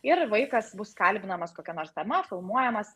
ir vaikas bus kalbinamas kokia nors tema filmuojamas